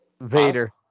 Vader